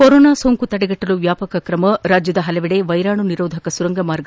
corona ಸೋಂಕು ತಡೆಗಟ್ಟಲು ವ್ಯಾಪಕ ಕ್ರಮ ರಾಜ್ದದ ಹಲವೆಡೆ ವೈರಾಣು ನಿರೋಧಕ ಸುರಂಗಮಾರ್ಗ